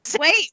Wait